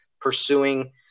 pursuing